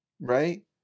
right